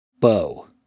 bow